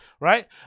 right